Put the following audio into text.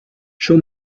show